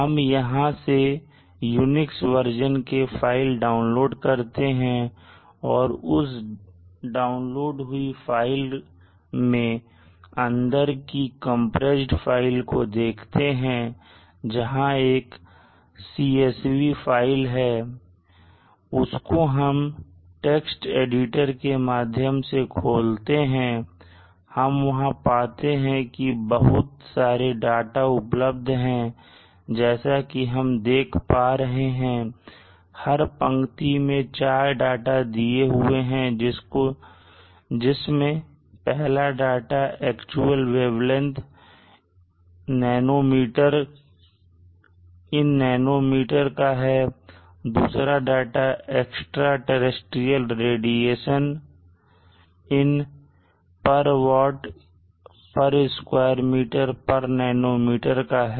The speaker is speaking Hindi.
हम यहां से UNIX वर्जन की फाइल डाउनलोड करते हैं और उस डाउनलोड हुई फाइल में अंदर की कंप्रेस्ड फाइल को देखते हैं जहां एक CSV फाइल है उसको हम text एडिटर के माध्यम से खोलते हैं हम वहां पाते हैं कि वहां बहुत सारे डाटा उपलब्ध है जैसा कि हम देख पा रहे हैं कि हर पंक्ति में 4 डाटा दिए हुए हैं जिसमें पहला डाटा एक्चुअल वेवलेंथ का है और दूसरा डाटा extra terrestrial radiation का है